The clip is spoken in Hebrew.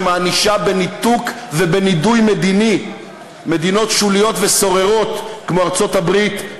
שמענישה בניתוק ובנידוי מדיני מדינות שוליות וסוררות כמו ארצות-הברית,